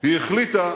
היא החליטה